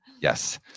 Yes